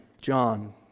John